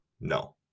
no